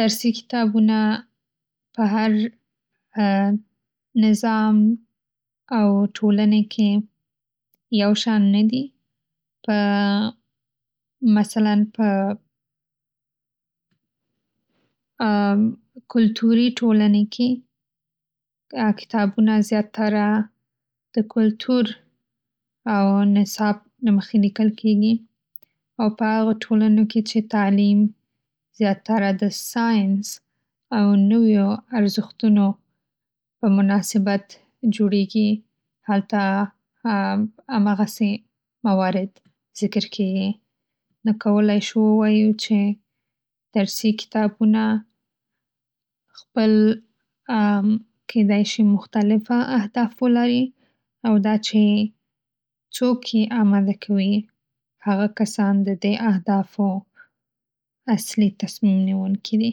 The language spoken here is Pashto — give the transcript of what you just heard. درسي کتابونه په هر نظام او ټولنې کې یو شان نه دي.‌ په مثلا په کلتوري ټولنې کې کتابونه زیادتره د کلتور او نصاب له مخې لیکل کېږي. او په هغه ټولنو کې چې تعلیم زیادتره د ساینس او نویو ارزښتږنږ په مناسبت جوړېږي هلته همغسې موارد ذکر کېږي. نو کولای شو چې ووایو چې درسي کتابونه خپل کولای شي خپل مختلفه اهداف ولري او دا چې څوک یې آماده کوي هغه کسان ددې اهدافو اصلي تصمیم نیونکي دي.